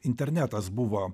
internetas buvo